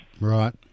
Right